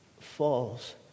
falls